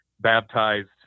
baptized